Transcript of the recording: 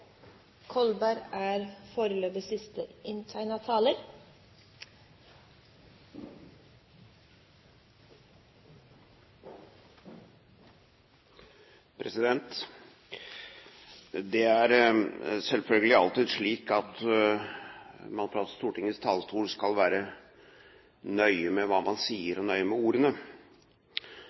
selvfølgelig alltid slik at man fra Stortingets talerstol skal være nøye med hva man sier, og nøye med ordene.